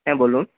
হ্যাঁ বলুন